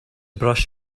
brush